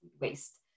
waste